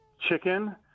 chicken